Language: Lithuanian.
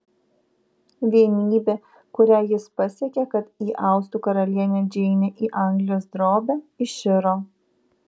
vienybė kurią jis pasiekė kad įaustų karalienę džeinę į anglijos drobę iširo